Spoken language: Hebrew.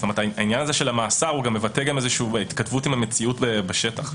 העניין הזה של המאסר גם מבטא איזושהי התכתבות עם המציאות בשטח.